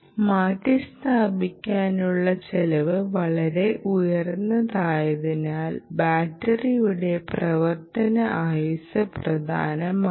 മാറ്റിസ്ഥാപിക്കാനുള്ള ചെലവ് വളരെ ഉയർന്നതായതിനാൽ ബാറ്ററിയുടെ പ്രവർത്തന ആയുസ്സ് പ്രധാനമാണ്